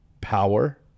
power